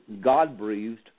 God-breathed